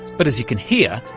but as you can hear,